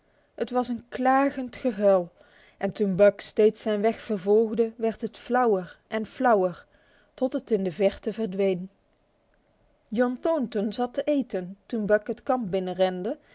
het was een klagend gehuil en toen buck steeds zijn weg vervolgde werd het flauwer en flauwer tot het in de verte verdween john thornton zat te eten toen buck het kamp binnenrende en